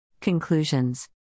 conclusions